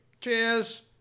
Cheers